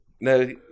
No